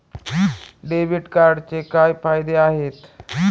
Debit कार्डचे काय फायदे आहेत?